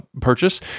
purchase